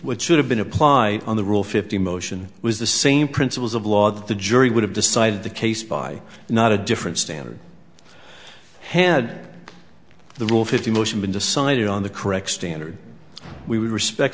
which should have been applied on the rule fifty motion was the same principles of law that the jury would have decided the case by not a different standard had the rule fifty motion been decided on the correct standard we would respect